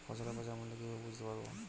ফসলের বাজার মূল্য কিভাবে বুঝতে পারব?